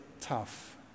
tough